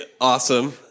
awesome